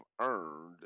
earned